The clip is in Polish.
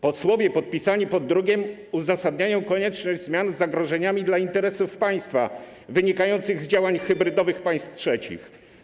Posłowie podpisani pod drukiem uzasadniają konieczność zmian zagrożeniami dla interesów państwa wynikających z działań hybrydowych państw trzecich.